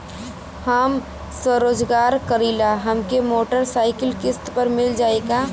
हम स्वरोजगार करीला हमके मोटर साईकिल किस्त पर मिल जाई का?